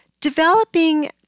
developing